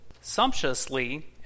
sumptuously